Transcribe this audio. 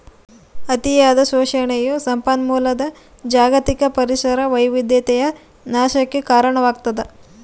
ಅತಿಯಾದ ಶೋಷಣೆಯು ಸಂಪನ್ಮೂಲದ ಜಾಗತಿಕ ಪರಿಸರ ಜೀವವೈವಿಧ್ಯತೆಯ ನಾಶಕ್ಕೆ ಕಾರಣವಾಗ್ತದ